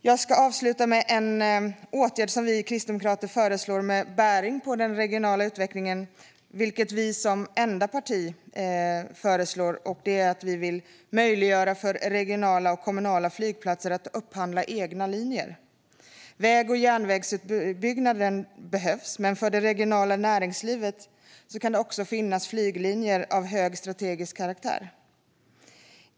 Jag ska avsluta med en åtgärd som vi kristdemokrater föreslår med bäring på den regionala utvecklingen och som vi som enda parti föreslår, och det är att vi vill möjliggöra för regionala och kommunala flygplatser att upphandla egna linjer. Väg och järnvägsutbyggnad behövs, men för det regionala näringslivet kan det också finnas flyglinjer av hög strategisk karaktär.